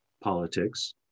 politics